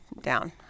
down